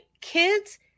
kids